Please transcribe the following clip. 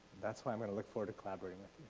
that's why i'm gonna look forward to collaborating with